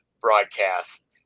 broadcast